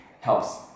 helps